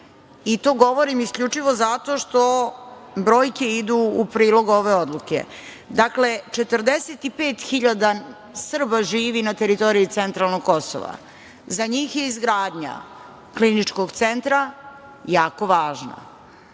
i to govorim isključivo zato što brojke idu u prilog ove odluke. Dakle, 45.000 Srba živi na teritoriji centralnog Kosova. Za njih je izgradnja kliničkog centra jako važna.